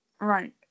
Right